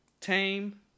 Tame